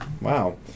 wow